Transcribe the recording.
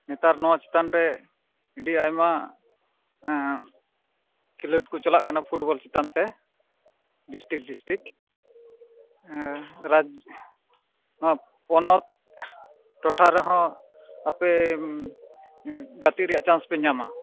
ᱱᱮᱛᱟᱨ ᱱᱚᱣᱟ ᱪᱮᱛᱟᱱ ᱨᱮ ᱟᱹᱰᱤ ᱟᱭᱢᱟ ᱠᱷᱮᱞᱳᱰ ᱠᱚ ᱪᱟᱞᱟᱜ ᱠᱟᱱᱟ ᱯᱷᱩᱴᱵᱚᱞ ᱪᱮᱛᱟᱱ ᱛᱮ ᱰᱤᱥᱴᱤᱠ ᱰᱤᱥᱴᱤᱠ ᱨᱟᱡᱽ ᱱᱚᱣᱟ ᱯᱚᱱᱚᱛ ᱴᱚᱴᱷᱟ ᱨᱮᱦᱚᱸ ᱟᱯᱮ ᱜᱟᱛᱮ ᱨᱮᱭᱟᱜ ᱪᱟᱱᱥ ᱯᱮ ᱧᱟᱢᱟ